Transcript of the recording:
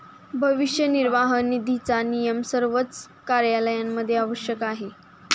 भविष्य निर्वाह निधीचा नियम सर्वच कार्यालयांमध्ये आवश्यक आहे